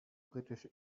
britisch